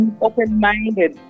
open-minded